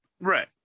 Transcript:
Right